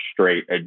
straight